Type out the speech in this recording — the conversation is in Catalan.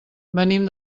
venim